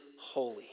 holy